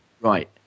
Right